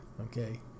okay